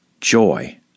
joy